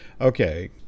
okay